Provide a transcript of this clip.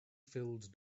filled